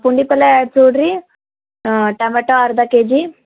ಹಾಂ ಪುಂಡಿಪಲ್ಯ ಎರಡು ಟಮಾಟೋ ಅರ್ಧ ಕೆಜಿ